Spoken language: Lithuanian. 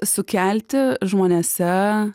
sukelti žmonėse